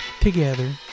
together